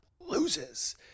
loses